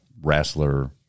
wrestler